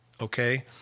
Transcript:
okay